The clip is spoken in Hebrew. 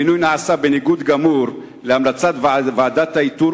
המינוי נעשה בניגוד גמור להמלצת ועדת האיתור,